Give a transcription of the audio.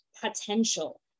potential